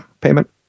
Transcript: payment